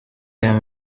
aya